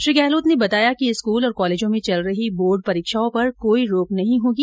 श्री गहलोत ने बताया कि स्कूल और कॉलेजों में चल रही बोर्ड परीक्षाओं पर कोई रोक नहीं होगी